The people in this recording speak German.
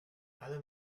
alle